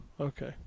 okay